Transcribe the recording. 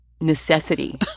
Necessity